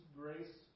grace